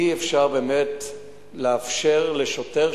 אי-אפשר באמת לאפשר לשוטר,